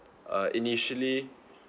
uh initially